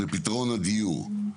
של פתרון הדיור,